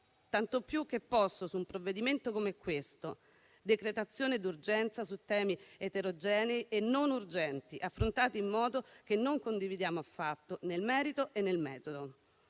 tanto più che posto su un provvedimento come questo. Una decretazione d'urgenza su temi eterogenei e non urgenti, affrontati in modo che non condividiamo affatto nel merito e nel metodo.